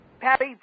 Patty